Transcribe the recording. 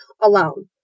alone